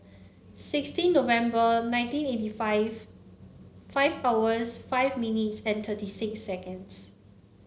sixteen November nineteen eighty five five hours five minutes and thirty six seconds